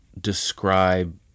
describe